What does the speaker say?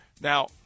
Now